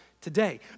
today